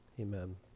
amen